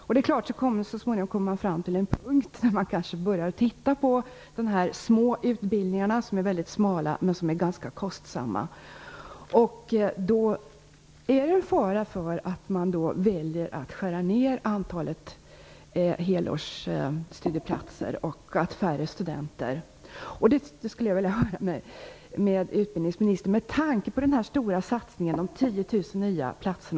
Så småningom kommer man helt klart fram till en punkt där man kanske börjar titta på de små och väldigt smala utbildningarna, som är ganska kostsamma. Då finns risken att man väljer att skära ner antalet helårsstudieplatser. Det blir då allt färre studenter. Med tanke på den stora satsningen med 10 000